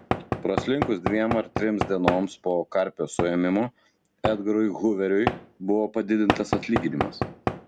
praslinkus dviem ar trims dienoms po karpio suėmimo edgarui huveriui buvo padidintas atlyginimas